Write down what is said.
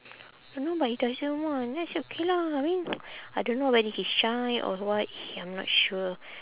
don't know but he doesn't want then I say okay lah I mean I don't know whether he's shy or what he I'm not sure